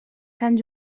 sant